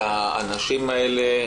אלעזר,